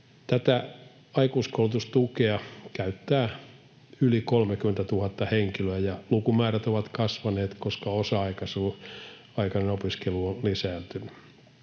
Tätä aikuiskoulutustukea käyttää yli 30 000 henkilöä, ja lukumäärät ovat kasvaneet, koska osa-aikainen opiskelu on lisääntynyt.